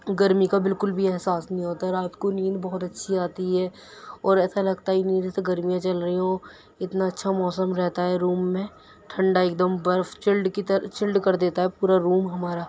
گرمی کا بالکل بھی احساس نہیں ہوتا رات کو نیند بہت اچھی آتی ہے اور ایسا لگتا ہی نہیں جیسے گرمیاں چل رہی ہوں اتنا اچھا موسم رہتا ہے روم میں ٹھنڈا ایک دم برف چلڈ کی طرح چلڈ کر دیتا ہے پورا روم ہمارا